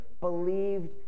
believed